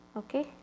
okay